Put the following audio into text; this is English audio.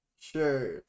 Sure